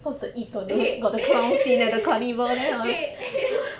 eh eh eh